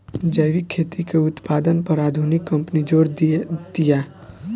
जैविक खेती के उत्पादन पर आधुनिक कंपनी जोर देतिया